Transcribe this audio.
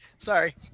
Sorry